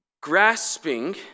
grasping